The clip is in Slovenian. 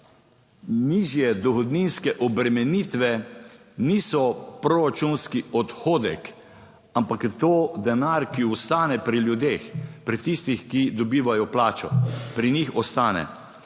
nižje dohodninske obremenitve niso proračunski odhodek, ampak je to denar, ki ostane pri ljudeh, pri tistih, ki dobivajo plačo, pri njih ostane.